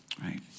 right